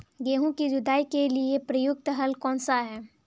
गेहूँ की जुताई के लिए प्रयुक्त हल कौनसा है?